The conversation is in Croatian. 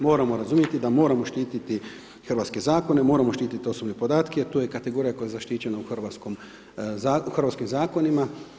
Moramo razumjeti, da moramo štiti hrvatske zakone, moramo štiti osobne podatke, jer tu je kategorija koja je zaštićena hrvatskim zakonima.